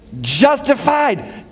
justified